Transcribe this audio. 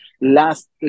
last